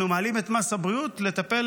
אנחנו מעלים את מס הבריאות לטפל